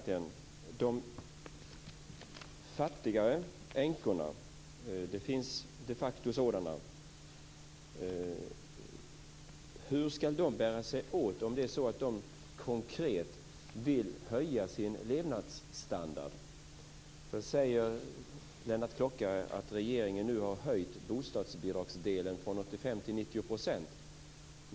Hur skall de fattiga änkorna, det finns de facto sådana, bära sig åt om de konkret vill höja sin levnadsstandard? Lennart Klockare säger att regeringen nu har höjt bostadsbidragsdelen från 85 % till 90 %.